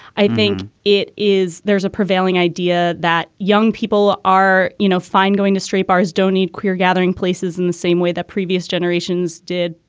i think it is. there's a prevailing idea that young people are, you know, fine going to straight bars don't need queer gathering places in the same way that previous generations did.